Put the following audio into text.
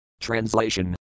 Translation